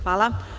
Hvala.